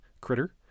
critter